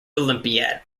olympiad